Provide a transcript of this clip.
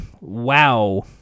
Wow